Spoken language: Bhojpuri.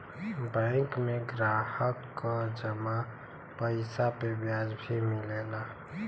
बैंक में ग्राहक क जमा पइसा पे ब्याज भी मिलला